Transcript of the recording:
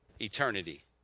eternity